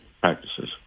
practices